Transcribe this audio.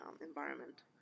environment